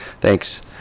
Thanks